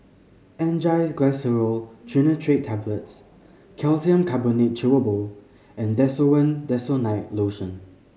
Angised Glyceryl Trinitrate Tablets Calcium Carbonate Chewable and Desowen Desonide Lotion